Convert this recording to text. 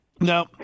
No